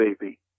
baby